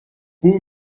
beau